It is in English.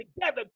together